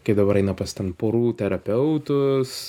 kai dabar eina pas ten porų terapeutus